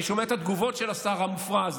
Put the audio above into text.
אני שומע את התגובות של השר המופרע הזה.